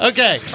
Okay